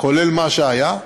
כולל מה שהיה,